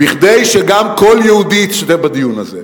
כדי שגם קול יהודי ישתתף בדיון הזה.